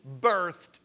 birthed